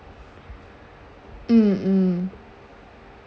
mm mm